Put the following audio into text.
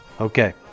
Okay